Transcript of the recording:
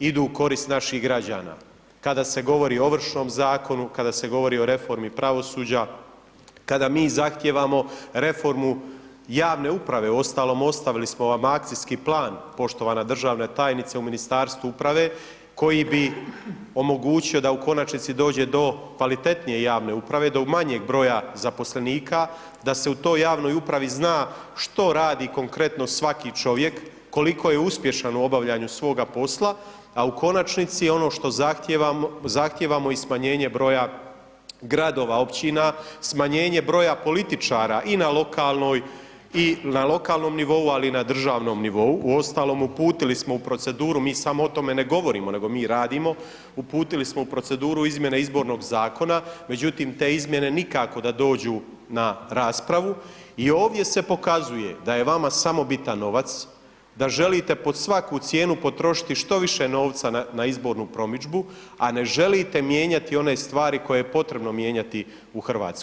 idu u korist naših građana, kada se govori o ovršnom zakonu, kada se govori o reformi pravosuđa, kada mi zahtijevamo reformu javne uprave, uostalom ostavili smo vam akcijski plan poštovana državna tajnice u Ministarstvu uprave, koji bi omogućio da u konačnici dođe do kvalitetnije javne uprave, do manjeg broja zaposlenika, da se u toj javnoj upravi zna što radi konkretno svaki čovjek, koliko je uspješan u obavljanju svoga posla, a u konačnici i ono što zahtijevamo i smanjenje broja gradova, općina, smanjenje broja političara, i na lokalnoj, i na lokalnom nivou, ali i na državnom nivou, uostalom uputili smo u proceduru, mi samo o tome ne govorimo, nego mi radimo, uputili smo u proceduru izmjene izbornog zakona, međutim te izmjene nikako da dođu na raspravu, i ovdje se pokazuje da je vama samo bitan novac, da želite pod svaku cijenu potrošiti što više novca na izbornu promidžbu, a ne želite mijenjati one stvari koje je potrebno mijenjati u Hrvatskoj.